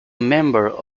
member